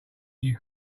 you